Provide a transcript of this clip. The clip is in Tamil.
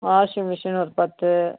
வாஷிங் மெஷின் ஒரு பத்து